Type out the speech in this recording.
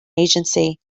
agency